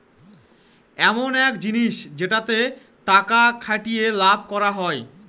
ইমন এক জিনিস যেটাতে টাকা খাটিয়ে লাভ করা হয়